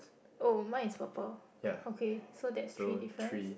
oh mine is purple okay so that's three difference